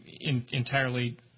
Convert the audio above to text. entirely